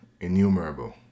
innumerable